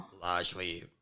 largely